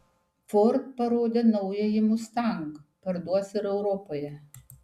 ford parodė naująjį mustang parduos ir europoje